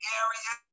area